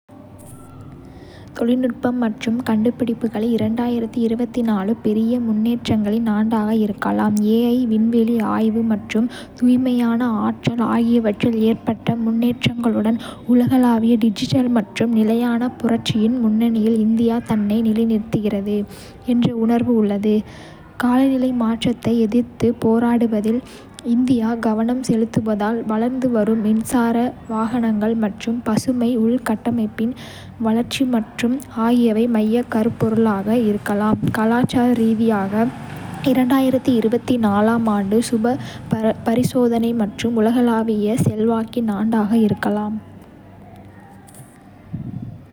தொழில்நுட்பம் மற்றும் கண்டுபிடிப்புகளில், பெரிய முன்னேற்றங்களின் ஆண்டாக இருக்கலாம். விண்வெளி ஆய்வு மற்றும் தூய்மையான ஆற்றல் ஆகியவற்றில் ஏற்பட்ட முன்னேற்றங்களுடன், உலகளாவிய டிஜிட்டல் மற்றும் நிலையான புரட்சியின் முன்னணியில் இந்தியா தன்னை நிலைநிறுத்துகிறது என்ற உணர்வு உள்ளது. காலநிலை மாற்றத்தை எதிர்த்துப் போராடுவதில் இந்தியா கவனம் செலுத்துவதால், வளர்ந்து வரும் மின்சார வாகனங்கள் மற்றும் பசுமை உள்கட்டமைப்பின் வளர்ச்சி ஆகியவை மையக் கருப்பொருளாக இருக்கலாம். கலாச்சார ரீதியாக, 2024 ஆம் ஆண்டு சுயபரிசோதனை மற்றும் உலகளாவிய செல்வாக்கின் ஆண்டாக இருக்கலாம்.